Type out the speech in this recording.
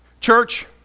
Church